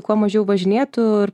kuo mažiau važinėtų ir